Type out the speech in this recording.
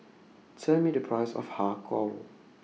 Tell Me The Price of Har Kow